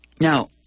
Now